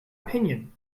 opinion